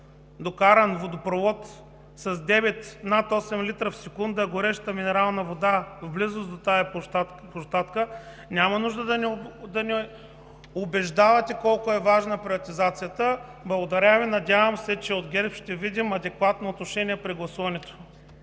докаран водопровод с над 8 л в секунда гореща минерална вода в близост до тази площадка, няма нужда да ни убеждавате колко е важна приватизацията. Благодаря Ви. Надявам се, че от ГЕРБ ще видим адекватно отношение при гласуването.